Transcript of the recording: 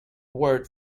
word